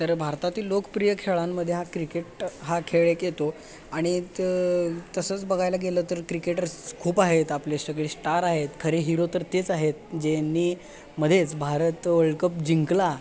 तर भारतातील लोकप्रिय खेळांमध्ये हा क्रिकेट हा खेळ एक येतो आणि त तसंच बघायला गेलं तर क्रिकेटर्स खूप आहेत आपले सगळे स्टार आहेत खरे हिरो तर तेच आहेत ज्यांनी मध्येच भारत वर्ल्डकप जिंकला